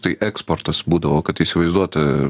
tai eksportas būdavo kad įsivaizduot